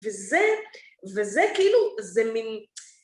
וזה כאילו זה מן